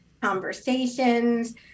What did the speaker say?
conversations